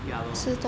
ya lor